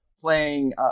playing